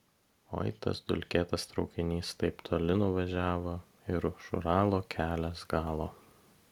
oi tas dulkėtas traukinys taip toli nuvažiavo ir už uralo kelias galo